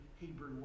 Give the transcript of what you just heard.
Hebrew